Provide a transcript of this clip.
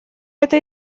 это